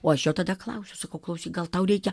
o aš jo tada klausiu sakau klausyk gal tau reikia